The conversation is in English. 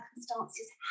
circumstances